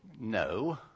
No